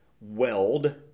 weld